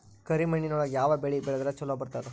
ಕರಿಮಣ್ಣೊಳಗ ಯಾವ ಬೆಳಿ ಬೆಳದ್ರ ಛಲೋ ಬರ್ತದ?